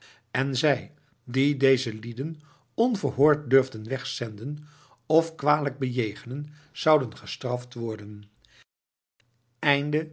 en zij die deze lieden onverhoord durfden wegzenden of kwalijk bejegenen zouden gestraft worden